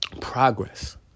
progress